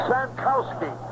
Sankowski